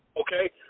Okay